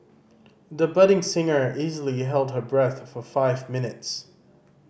the budding singer easily held her breath for five minutes